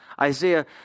Isaiah